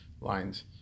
lines